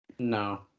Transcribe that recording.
No